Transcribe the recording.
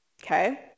Okay